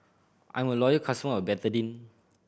I'm a loyal customer of Betadine